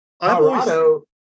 Colorado